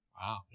Wow